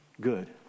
good